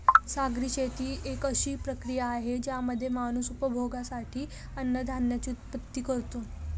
सागरी शेती एक अशी प्रक्रिया आहे ज्यामध्ये माणूस उपभोगासाठी अन्नधान्याची उत्पत्ति करतो